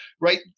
right